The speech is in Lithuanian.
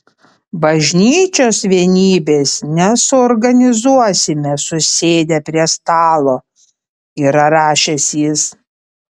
bažnyčios vienybės nesuorganizuosime susėdę prie stalo yra rašęs jis